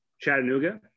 Chattanooga